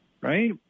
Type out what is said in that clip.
Right